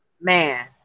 man